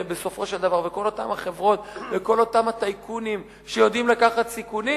וכל אותן החברות וכל אותם הטייקונים שיודעים לקחת סיכונים,